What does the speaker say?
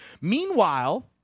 Meanwhile